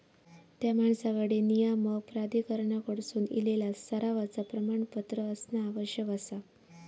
त्या माणसाकडे नियामक प्राधिकरणाकडसून इलेला सरावाचा प्रमाणपत्र असणा आवश्यक आसा